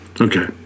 Okay